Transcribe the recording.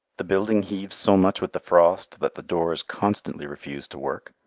the building heaves so much with the frost that the doors constantly refuse to work,